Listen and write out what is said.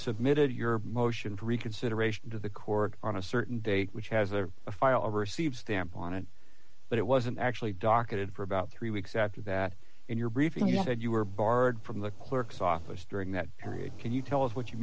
submitted your motion for reconsideration to the court on a certain date which has a file received stamp on it but it wasn't actually docketed for about three weeks after that in your briefing you said you were barred from the clerk's office during that period can you tell us what you